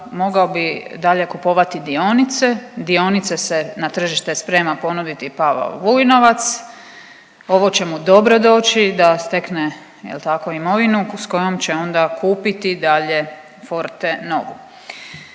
mogao bi dalje kupovati dionice, dionice se na tržište sprema ponuditi Pavao Vujnovac, ovo će mu dobro doći da stekne jel tako imovinu s kojom će onda kupiti dalje Fortenovu.